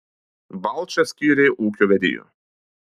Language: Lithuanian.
balčą skyrė ūkio vedėju